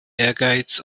ehrgeiz